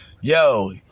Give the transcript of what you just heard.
Yo